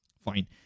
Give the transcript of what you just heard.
Fine